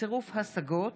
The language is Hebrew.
בצירוף השגות